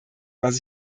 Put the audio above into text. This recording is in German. was